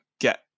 get